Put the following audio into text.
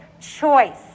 choice